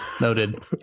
Noted